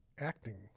acting